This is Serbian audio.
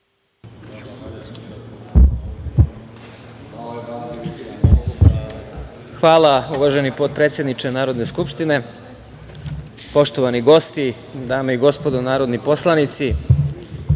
Hvala, uvaženi potpredsedniče Narodne skupštine. Poštovani gosti, dame i gospodo narodni poslanici,